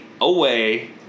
away